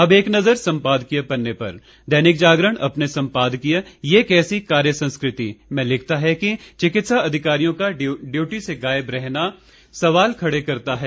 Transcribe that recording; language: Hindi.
अब एक नज़र सम्पादकीय पन्ने पर दैनिक जागरण अपने सम्पादकीय यह कैसी कार्यसंस्कृति में लिखता है कि चिकित्सा अधिकारियों का ड्यूटी से गायब रहना सवाल खड़े करता है